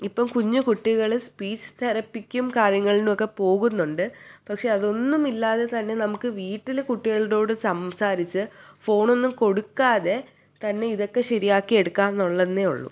ഇപ്പം കുഞ്ഞ് കുട്ടികൾ സ്പീച്ച് തെറാപ്പിക്കും കാര്യങ്ങളിനും ഒക്കെ പോകുന്നുണ്ട് പക്ഷേ അതൊന്നും ഇല്ലാതെ തന്നെ നമുക്ക് വീട്ടിൽ കുട്ടികളോട് സംസാരിച്ച് ഫോൺ ഒന്നും കൊടുക്കാതെ തന്നെ ഇതൊക്കെ ശരിയാക്കി എടുക്കാവുന്നതേ ഉള്ളൂ